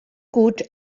gut